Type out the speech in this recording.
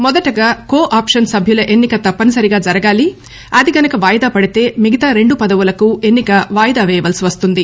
మొదటగా co option సభ్యుల ఎన్నిక తప్పనిసరిగా జరగాలి అదిగనక వాయిదా పడితే మిగతా రెండు పదవులకు ఎన్నిక వాయిదా పేయవలసి వస్తుంది